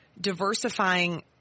diversifying